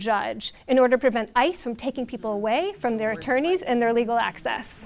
judge in order to prevent ice from taking people away from their attorneys and their legal access